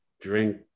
drink